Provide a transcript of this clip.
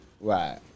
Right